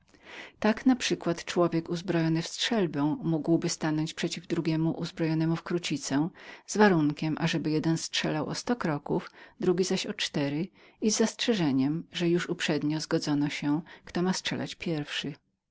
tak naprzykład człowiek uzbrojony strzelbą mógłby stanąć przeciw drugiemu uzbrojonemu krucicą z warunkiem ażeby pierwszy strzelał o sto kroków drugi zaś o cztery gdyby w każdym razie zgoda poprzednio już była nastąpiła kto ma strzelać pierwszy